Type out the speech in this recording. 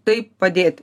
taip padėti